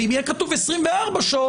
ואם יהיה כתוב 24 שעות,